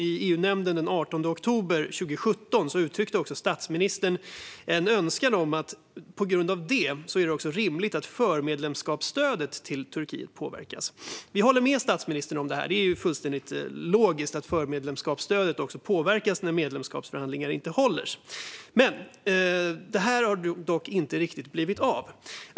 I EU-nämnden den 18 oktober 2017 uttryckte statsministern att det därför också vore rimligt att förmedlemskapsstödet till Turkiet påverkades. Vi håller med statsministern om detta. Det är fullständigt logiskt att förmedlemskapsstödet påverkas när medlemskapsförhandlingar inte hålls. Detta har dock inte riktigt blivit av.